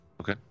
Okay